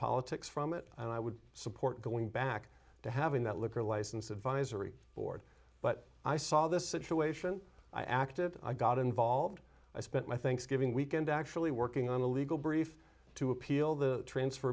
politics from it and i would support going back to having that liquor license advisory board but i saw this situation i acted i got involved i spent my thanksgiving weekend actually working on a legal brief to appeal the